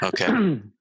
Okay